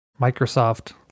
Microsoft